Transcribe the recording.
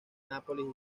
nápoles